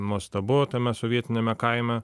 nuostabu tame sovietiniame kaime